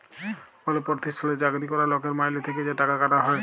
call পরতিষ্ঠালে চাকরি ক্যরা লকের মাইলে থ্যাকে যা টাকা কাটা হ্যয়